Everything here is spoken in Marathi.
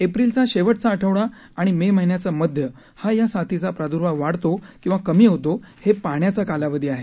एप्रिलचा शेवटचा आठवडा आणि मे महिन्याचा मध्य हा या साथीचा प्रादूर्भाव वाढतो किंवा कमी होतो हे पाहण्याचा कालावधी आहे